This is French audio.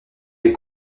des